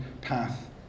path